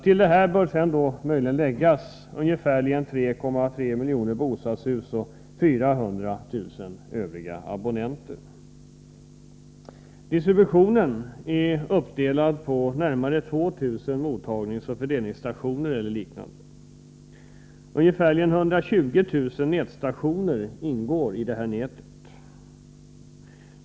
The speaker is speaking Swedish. Till detta bör läggas ungefär 3,3 miljoner bostadshus och 400 000 övriga abonnenter. Distributionen är uppdelad på närmare 2 000 mottagningsoch fördelningsstationer och liknande. Ungefär 120 000 nätstationer ingår i nätet.